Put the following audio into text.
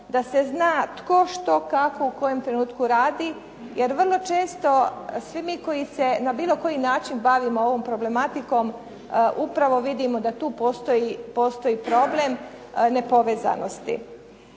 da se zna tko, što, kako, u kojem trenutku radi jer vrlo često svi mi koji se na bilo koji načini bavimo ovom problematikom upravo vidimo da tu postoji problem nepovezanosti.